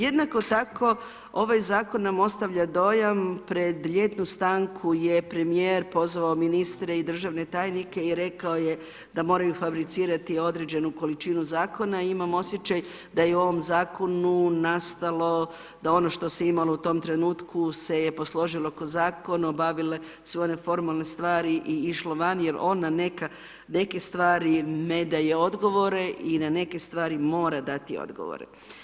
Jednako tako ovaj zakon nam ostavlja dojam pred ljetnu stanku je premijer pozvao ministre i državne tajnike i rekao je da moraju fabricirati određenu količinu zakona i imam osjećaj da je u ovom zakonu je nastalo, da ono što se imalo u tom trenutku se je posložilo kao zakon, obavile sve one formalne stvari i išlo van jer on na neke stvari ne daje odgovore i na neke stvari mora dati odgovore.